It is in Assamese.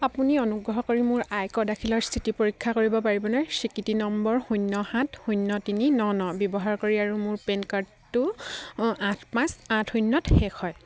আপুনি অনুগ্ৰহ কৰি মোৰ আয়কৰ দাখিলৰ স্থিতি পৰীক্ষা কৰিব পাৰিবনে স্বীকৃতি নম্বৰ শূন্য সাত শূন্য তিনি ন ন ব্যৱহাৰ কৰি আৰু মোৰ পেন কাৰ্ডটো আঠ পাঁচ আঠ শূন্যত শেষ হয়